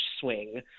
swing